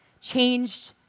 changed